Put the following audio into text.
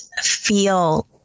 feel